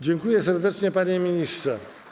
Dziękuję serdecznie, panie ministrze.